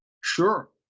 Sure